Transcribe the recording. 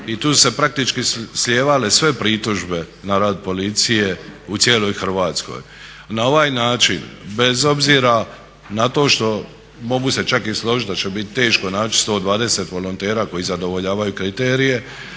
tu su se praktički slijevale sve pritužbe na rad policije u cijeloj Hrvatskoj. Na ovaj način bez obzira na to što mogu se čak i složiti da će bit teško naći 120 volontera koji zadovoljavaju kriterije,